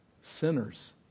sinners